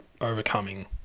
overcoming